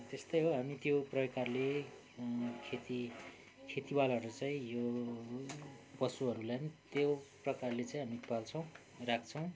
त्यस्तै हो हामी त्यो प्रकारले खेती खेतीवालहरूले चाहिँ यो पशुहरूलाई पनि त्यो प्रकारले चाहिँ हामी पाल्छौँ राख्छौँ